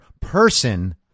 person